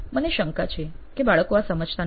મને શંકા છે કે બાળકો આ સમજતા નથી